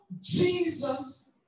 jesus